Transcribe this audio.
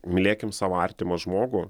mylėkim savo artimą žmogų